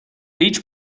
each